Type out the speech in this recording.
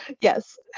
Yes